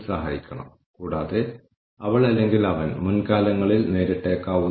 എന്ത് കാരണത്താൽ എത്ര ഉപഭോക്താക്കളെ നഷ്ടപ്പെട്ടുവെന്ന് കണ്ടെത്തുക